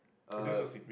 uh